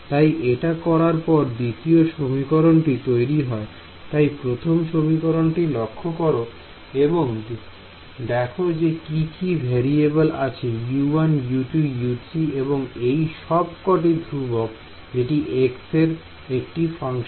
তাই এটা করার পর দ্বিতীয় সমীকরণটি তৈরি হয় তাই প্রথম সমীকরণটি লক্ষ করো এবং দেখো যে কি কি ভেরিয়েবল আছে U1 U2 U3 এবং এই সব কটি ধ্রুবক জেটি x এর একটি ফাংশন